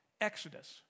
Exodus